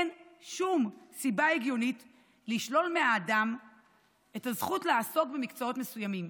אין שום סיבה הגיונית לשלול מאדם את הזכות לעסוק במקצועות מסוימים,